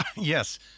Yes